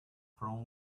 from